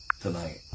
tonight